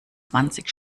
zwanzig